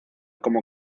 como